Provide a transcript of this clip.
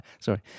Sorry